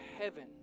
heaven